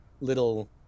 little